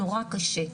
נורא קשה,